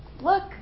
Look